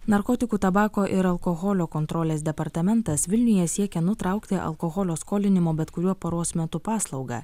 narkotikų tabako ir alkoholio kontrolės departamentas vilniuje siekia nutraukti alkoholio skolinimo bet kuriuo paros metu paslaugą